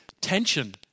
tension